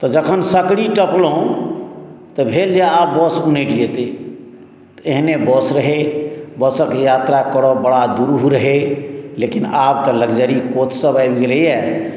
तऽ जखन सकरी टपलहुॅं तऽ भेल जे अब बस उनटि जेतै एहने बस रहै बसक यात्रा करब बड़ा दुरूह रहै लेकिन आब तऽ लग्जरी कोच सब आबि गेलैया